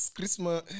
Christmas